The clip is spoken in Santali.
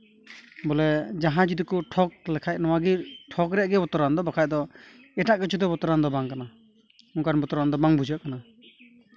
ᱵᱚᱞᱮ ᱡᱟᱦᱟᱸᱭ ᱡᱩᱫᱤ ᱠᱚ ᱴᱷᱚᱠ ᱞᱮᱠᱷᱟᱡ ᱱᱚᱣᱟ ᱜᱮ ᱴᱷᱚᱠ ᱨᱮᱭᱟᱜ ᱜᱮ ᱵᱚᱛᱚᱨᱟᱱ ᱫᱚ ᱵᱟᱠᱷᱟᱡ ᱫᱚ ᱮᱴᱟᱜ ᱠᱤᱪᱷᱩ ᱫᱚ ᱵᱚᱛᱚᱨᱟᱱ ᱫᱚ ᱵᱟᱝ ᱠᱟᱱᱟ ᱚᱝᱠᱟᱱ ᱵᱚᱛᱚᱨᱟᱱ ᱫᱚ ᱵᱟᱝ ᱵᱩᱡᱷᱟᱹᱜ ᱠᱟᱱᱟ